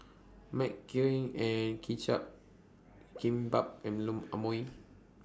Kimbap and Imoni